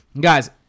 Guys